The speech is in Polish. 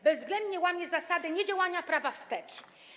Bezwzględnie łamie zasadę niedziałania prawa wstecz.